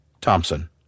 Thompson